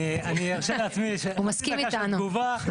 אני ארשה לעצמי חצי דקה של תגובה.